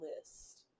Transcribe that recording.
list